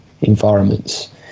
environments